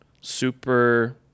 super